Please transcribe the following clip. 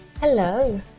Hello